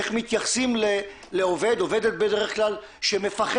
איך מתייחסים לעובד, עובדת בדרך כלל שמפחדת